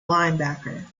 linebacker